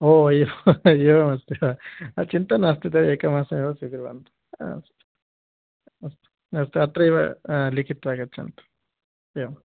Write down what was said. ओ एव एवमस्ति वा चिन्ता नास्ति एकमासमेव स्वीकुर्वन्तु अस्तु अस्तु अस्तु अत्रैव लिखित्वा गच्छन्तु एवं